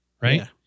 right